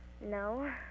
no